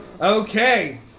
Okay